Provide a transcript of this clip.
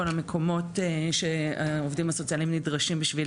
בכל המקומות שהעובדים הסוציאליים נדרשים בשביל